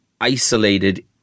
isolated